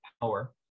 power